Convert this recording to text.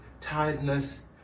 tiredness